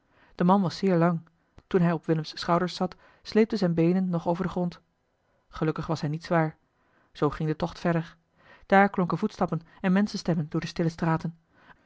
de man was zeer lang toen hij op willems schouders zat sleepten zijn beenen nog over den grond gelukkig was hij niet zwaar zoo ging de tocht verder daar klonken voetstappen en menschenstemmen door de stille straten